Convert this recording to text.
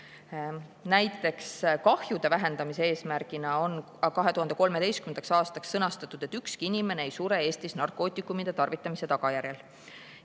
Näiteks kahjude vähendamise eesmärgina on [2030]. aastaks sõnastatud, et ükski inimene ei sure Eestis narkootikumide tarvitamise tagajärjel.